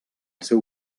seu